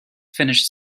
finished